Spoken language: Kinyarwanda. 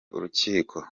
urukiko